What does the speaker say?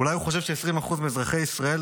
אולי הוא חושב ש-20% מאזרחי ישראל